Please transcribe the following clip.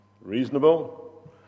reasonable